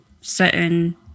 certain